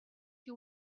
you